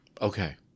Okay